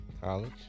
College